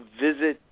visit